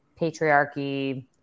patriarchy